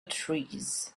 trees